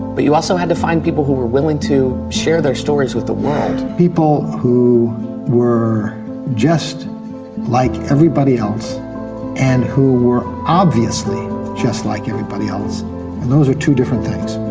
but you also had to find people who were willing to share their stories with the world. people who were just like everybody else and who were obviously just like everybody else, and those are two different things.